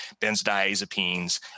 benzodiazepines